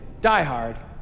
diehard